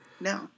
No